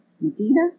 Medina